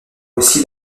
aussi